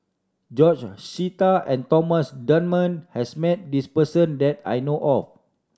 George Sita and Thomas Dunman has met this person that I know of